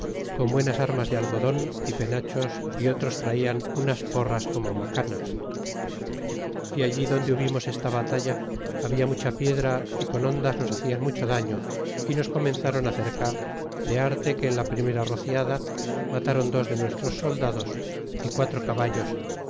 con buenas armas de algodon y penachos y otros tratan unas porras como macanas y alli donde hubimos esta batalla habia mucha piedra y con hondas nos bacian mucho daño y nos comenzaron cercar de arte que de la primera rociada mataron dos de nuestros soldados y quatro caballos